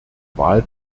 wahl